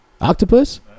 Octopus